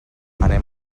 anem